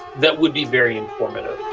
that would be very informative.